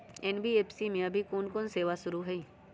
NBFC में अभी कोन कोन सेवा शुरु हई?